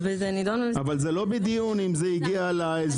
זה לא בדיון אם זה הגיע להסדרים,